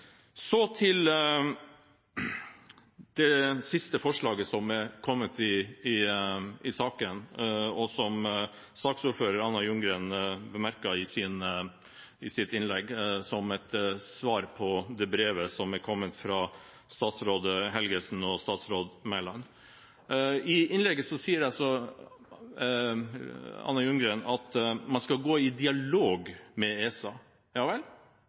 Så til det siste forslaget som er kommet i saken, og som saksordfører Anna Ljunggren bemerket i sitt innlegg, som svar på det brevet som er kommet fra statsråd Helgesen og statsråd Mæland. I innlegget sier altså Anna Ljunggren at man skal gå i dialog med ESA. Ja vel,